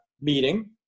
meeting